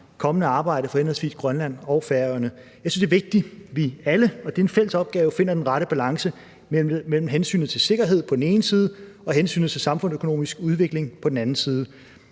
kommende arbejde for henholdsvis Grønland og Færøerne. Jeg synes, det er vigtigt, at vi alle, for det er en fælles opgave, finder den rette balance mellem hensynet til sikkerhed på den ene side og hensynet til den samfundsøkonomiske udvikling på den anden side.